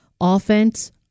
offense